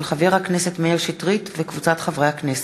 של חבר הכנסת מאיר שטרית וקבוצת חברי הכנסת.